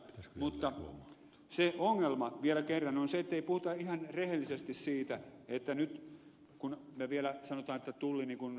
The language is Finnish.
mutta se ongelma vielä kerran on se ettei puhuta ihan rehellisesti siitä että nyt kun vielä me sanomme niin kuin ed